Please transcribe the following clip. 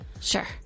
Sure